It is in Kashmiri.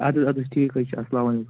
اَدٕ حظ اَدٕ حظ ٹھیٖک حظ چھُ اَسَلام علیکُم